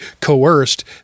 coerced